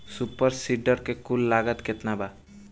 Super seeder के कुल लागत केतना बा?